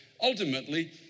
ultimately